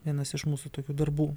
vienas iš mūsų tokių darbų